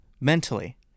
mentally